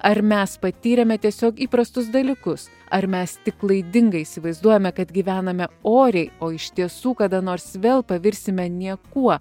ar mes patyrėme tiesiog įprastus dalykus ar mes tik klaidingai įsivaizduojame kad gyvename oriai o iš tiesų kada nors vėl pavirsime niekuo